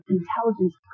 intelligence